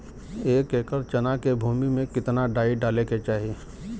एक एकड़ चना के भूमि में कितना डाई डाले के चाही?